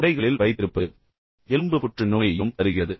இதை தொடைகளில் வைத்திருப்பது எலும்பு புற்றுநோயையும் தருகிறது